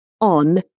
on